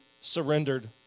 surrendered